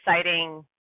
exciting